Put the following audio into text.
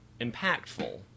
impactful